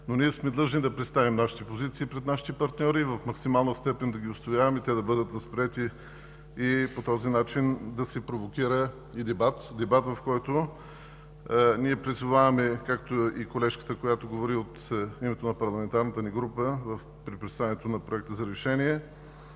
Но ние сме длъжни да представим нашите позиции пред нашите партньори и в максимална степен да ги отстояваме, те да бъдат възприети и по този начин да се провокира и дебат – дебат, в който ние призоваваме, както и колежката, която говори от името на парламентарната ни група, при представянето на Проекта за решение.